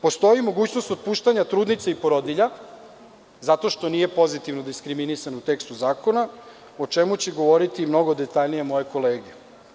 Postoji mogućnost otpuštanja trudnica i porodilja, zato što nije pozitivno diskriminisan u tekstu zakona, o čemu će govoriti mnogo detaljnije moje kolege.